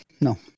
No